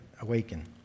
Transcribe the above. awaken